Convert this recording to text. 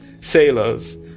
sailors